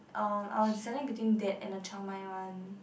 um I was deciding between that and a Chiang-Mai one